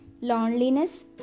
loneliness